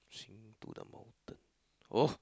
sing to the mountain oh